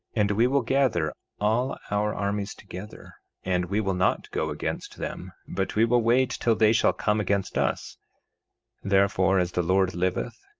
and we will gather all our armies together, and we will not go against them, but we will wait till they shall come against us therefore as the lord liveth,